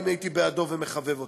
אם הייתי בעדו ומחבב אותו.